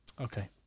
Okay